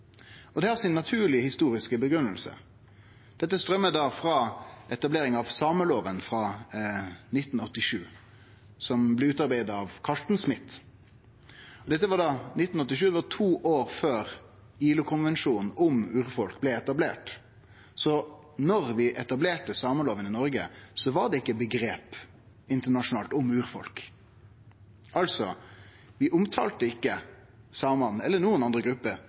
Det har si naturlege historiske grunngiving. Dette stammar frå etableringa av samelova frå 1987, som blei utarbeidd av Carsten Smith. Dette var i 1987, altså to år før ILO-konvensjonen om urfolk blei etablert. Så då vi etablerte samelova i Noreg, var det internasjonalt ikkje eit omgrep om urfolk. Vi omtalte altså ikkje samane eller